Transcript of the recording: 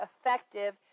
effective